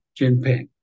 Jinping